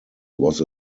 was